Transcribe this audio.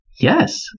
Yes